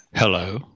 Hello